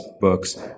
books